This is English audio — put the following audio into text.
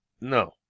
no